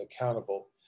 accountable